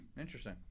interesting